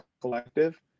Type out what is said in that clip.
collective